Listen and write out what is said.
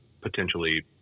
potentially